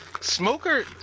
Smoker